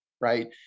right